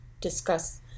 discuss